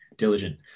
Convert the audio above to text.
diligent